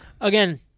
again